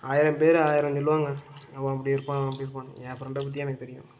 ஆயிரம் பேர் ஆயிரம் சொல்லுவாங்க அவன் அப்படி இருப்பான் இவன் அப்படி இருப்பானு என் ஃப்ரெண்டை பற்றி எனக்குத் தெரியும்